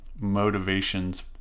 motivations